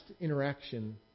interaction